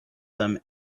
them